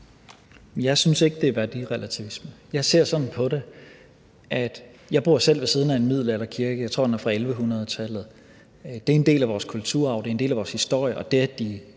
Jeg synes ikke, det er værdirelativisme. Jeg bor selv ved siden af en middelalderkirke; jeg tror, den er fra 1100-tallet. Det er en del af vores kulturarv, det er en del af vores historie, og det, at de